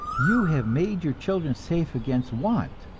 you have made your children safe against want,